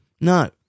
No